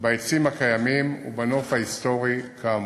בעצים הקיימים ובנוף ההיסטורי כאמור.